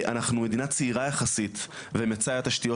אנחנו מדינה צעירה יחסית ומצאי התשתיות